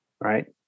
Right